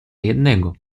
jednego